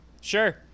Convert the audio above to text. Sure